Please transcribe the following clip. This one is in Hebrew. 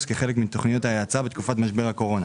כחלק מתוכניות ההאצה בתקופת משבר הקורונה.